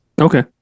Okay